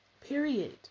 Period